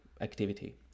activity